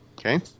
Okay